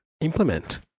implement